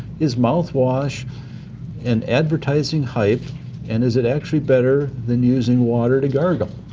is mouthwash and advertising hype and is it actually better than using water to gargle?